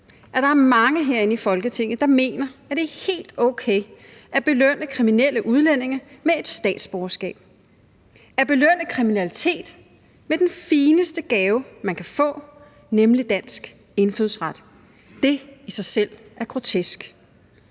der er mange herinde i Folketinget, der mener, at det er helt okay at belønne kriminelle udlændinge med et statsborgerskab, at belønne kriminalitet med den fineste gave, man kan få, nemlig dansk indfødsret. Det i sig selv er grotesk.